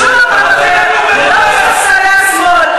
ולא משום מקום אחר, ולא מספסלי השמאל.